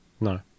No